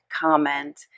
comment